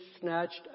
snatched